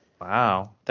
Wow